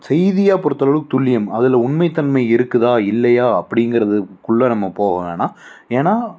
செய்தியாக பொருத்தளவுக்கு துல்லியம் அதில் உண்மைத்தன்மை இருக்குதா இல்லையா அப்படிங்கிறதுக்குள்ள நம்ம போக வேணாம் ஏன்னால்